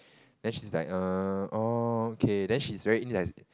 then she's like err orh okay then she's very indeci~